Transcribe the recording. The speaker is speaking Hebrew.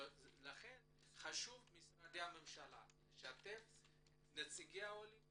לכן חשוב שמשרדי הממשלה ישתפו את נציגי העולים